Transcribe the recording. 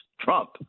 Trump